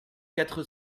quatre